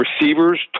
receivers